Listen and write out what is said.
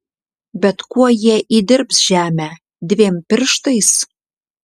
bet kuo jie įdirbs žemę dviem pirštais